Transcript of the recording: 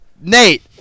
Nate